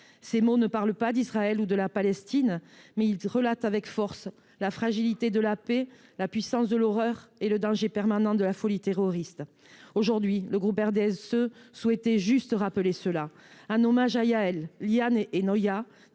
Ces mots ne parlent pas d’Israël ou de la Palestine, mais ils évoquent avec force la fragilité de la paix, la puissance de l’horreur et le danger permanent de la folie terroriste. Aujourd’hui, les élus du RDSE souhaitaient formuler ce simple rappel, en hommage à Yahel, Liame et Noiya,